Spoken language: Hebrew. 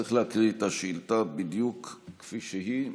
צריך להקריא את השאילתה בדיוק כפי שהיא,